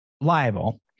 liable